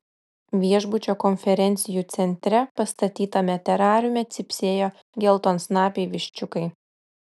viešbučio konferencijų centre pastatytame terariume cypsėjo geltonsnapiai viščiukai